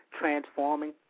transforming